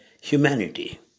humanity